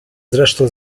zresztą